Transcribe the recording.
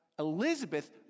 Elizabeth